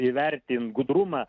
įvertin gudrumą